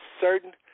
certain